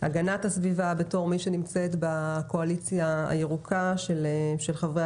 הגנת הסביבה בתור מי שנמצאת בקואליציה הירוקה של חברי